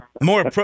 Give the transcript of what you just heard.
More